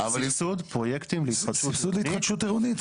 סבסוד פרויקטים להתחדשות עירונית,